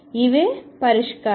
ఇవే పరిష్కారాలు